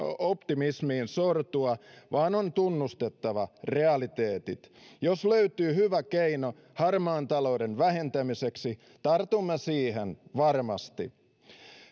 optimismiin sortua vaan on tunnustettava realiteetit jos löytyy hyvä keino harmaan talouden vähentämiseksi tartumme siihen varmasti